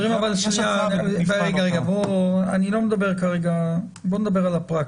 --- בוא נדבר על הפרקטיקה.